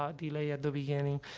ah delay at the beginning.